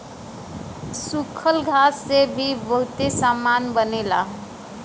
सूखल घास से भी बहुते सामान बनेला